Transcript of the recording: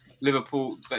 Liverpool